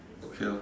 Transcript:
okay orh